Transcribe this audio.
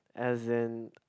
as in